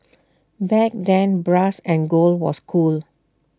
back then brass and gold was cool